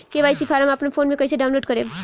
KYC form अपना phone मे कइसे डाऊनलोड करेम?